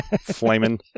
flaming